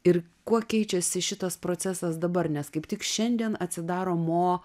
ir kuo keičiasi šitas procesas dabar nes kaip tik šiandien atsidaro mo